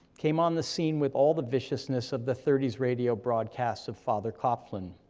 came on the scene with all the viciousness of the thirty s radio broadcasts of father coughlin.